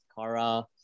Kara